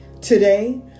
Today